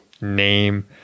name